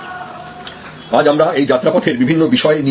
আজ আমরা এই যাত্রাপথের বিভিন্ন বিষয় নিয়ে আলোচনা করব